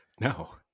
No